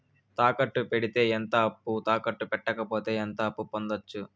తాకట్టు పెడితే ఎంత అప్పు, తాకట్టు పెట్టకపోతే ఎంత అప్పు పొందొచ్చు?